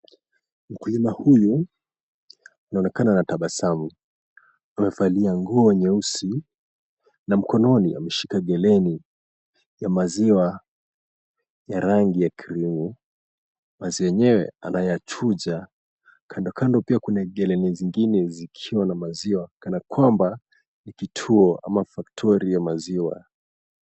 Mkulima huyu inaonekana antabasamu. Amevalia nguo nyeusi na mkononi ameshika geleni ya maziwa ya rangi ya krimu, maziwa enyewe anayachuja. Kando kando pia kuna geleni zingine zisizo na maziwa kana kwamba kituo ama faktori ya maziwa.